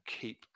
keep